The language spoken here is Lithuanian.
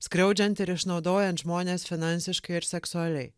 skriaudžiant ir išnaudojant žmones finansiškai ir seksualiai